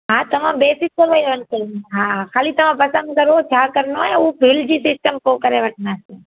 हा तव्हां बे फ़िकिराई कयो हा ख़ाली तव्हां पसंदि करो छा करिणो आहे उहो पे जी सिस्टम पोइ करे वठंदासीं